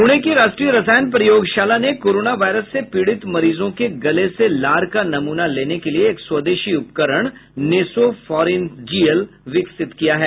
पुणे की राष्ट्रीय रसायन प्रयोगशाला ने कोरोना वायरस से पीड़ित मरीजों के गले से लार का नमूना लेने के लिए एक स्वदेशी उपकरण नेसोफारिनजियल विकसित किया है